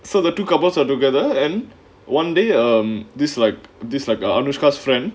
so the two couples are together and one day I'm this like this like ah anushka friend